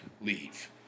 leave